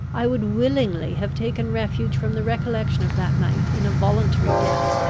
i would willingly have taken refuge from the recollection of that night in a voluntary death.